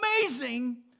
amazing